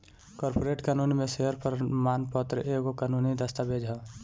corporate कानून में share प्रमाण पत्र एगो कानूनी दस्तावेज हअ